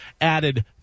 added